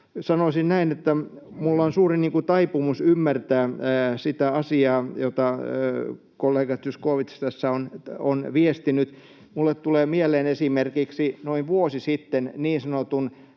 sanoisin näin, että minulla on suuri taipumus ymmärtää sitä asiaa, jota kollega Zyskowicz tässä on viestinyt. Minulle tulee mieleen esimerkiksi noin vuosi sitten niin sanotun